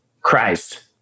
Christ